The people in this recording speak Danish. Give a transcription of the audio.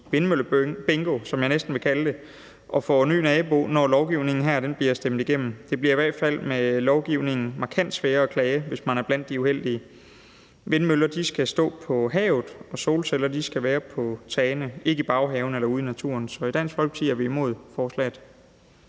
vindmøllebingo, som jeg næsten vil kalde det, og få en ny nabo, når lovgivningen her bliver stemt igennem. Det bliver i hvert fald med lovgivningen markant sværere at klage, hvis man er blandt de uheldige. Vindmøller skal stå på havet, og solceller skal være på tagene, ikke i baghaven eller ude i naturen. Så i Dansk Folkeparti er vi imod forslaget.